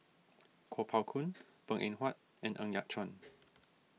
Kuo Pao Kun Png Eng Huat and Ng Yat Chuan